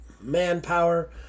manpower